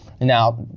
now